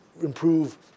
improve